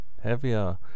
heavier